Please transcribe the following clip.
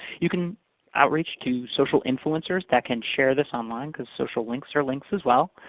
you can outreach to social influencers that can share this online because social links are links as well,